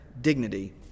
dignity